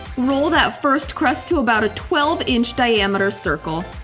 roll that first crust to about a twelve inch diameter circle.